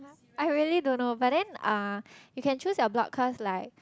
I really don't know but then uh you can choose your block cause like